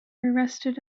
arrested